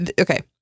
okay